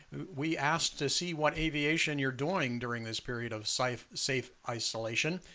we asked to see what aviation you're doing during this period of safe safe isolation.